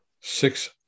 six